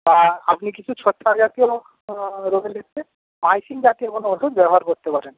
বা আপনি কিছু ছত্রাকজাতীয় ওষুধ রয়েছে পাইসিং জাতীয় কোনও ওষুধ ব্যবহার করতে পারেন